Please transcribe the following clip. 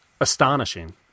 astonishing